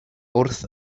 wrth